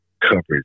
coverage